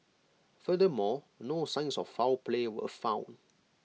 furthermore no signs of foul play were found